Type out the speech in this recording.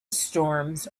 storms